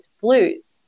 blues